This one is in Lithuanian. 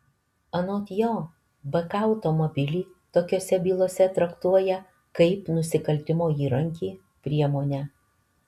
anot jo bk automobilį tokiose bylose traktuoja kaip nusikaltimo įrankį priemonę